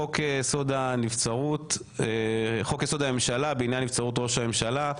חוק יסוד הממשלה בעניין נבצרות ראש הממשלה,